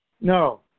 No